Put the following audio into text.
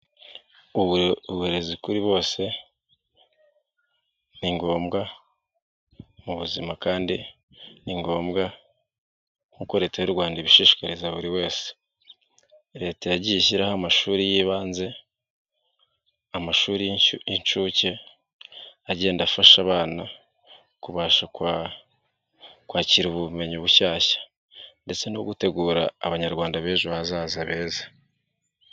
Uburezi kuri bose ni ngombwa mu buzima kandi ni ngombwa kuko leta y'u Rwanda ibishishikariza buri wese . Leta yagiye ishyiraho amashuri y'ibanze amashuri y'incuke ,agenda afasha abana kubasha kwakira ubumenyi bushyashya, ndetse no gutegura abanyarwanda b'ejo hazaza heza.